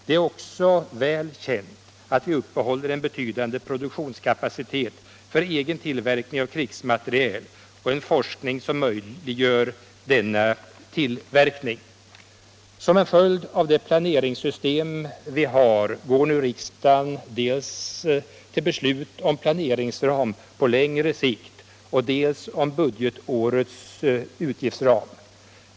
Det är också väl känt att vi upprätthåller en betydande produktionskapacitet för egen tillverkning av krigsmateriel och en forskning som möjliggör denna tillverkning. Som en följd av det planeringssystem vi har går nu riksdagen till beslut dels om planeringsram på längre sikt, dels om budgetårets utgiftsram.